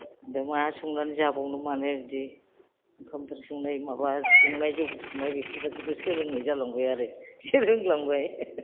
दा मा संनानै जाबावनो माने बिदि ओंखामफोर संनाय माबा संनाय जौखौ संनाय बेफोरबादिखौ सोलोंनाय जालांबाय आरो एसे रोंलांबाय